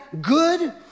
good